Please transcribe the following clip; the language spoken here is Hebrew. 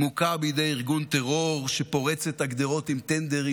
מוכה בידי ארגון טרור שפורץ את הגדרות עם טנדרים,